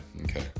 okay